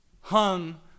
hung